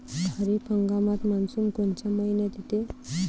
खरीप हंगामात मान्सून कोनच्या मइन्यात येते?